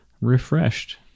Refreshed